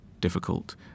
difficult